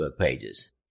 pages